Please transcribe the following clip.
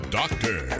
doctor